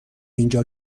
اینجا